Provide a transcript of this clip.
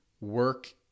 work